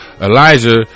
Elijah